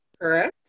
correct